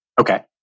Okay